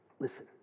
Listen